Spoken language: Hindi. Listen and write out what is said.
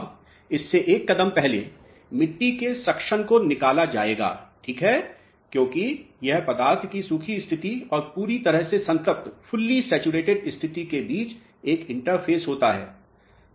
अब इससे एक कदम पहले मिट्टी के सक्शन को निकाला जाएगा ठीक है क्योंकि यह पदार्थ की सूखी स्थिति और पूरी तरह से संतृप्त स्थिति के बीच एक इंटरफ़ेस होता है